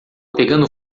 pegando